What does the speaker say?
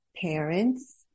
parents